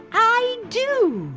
i do.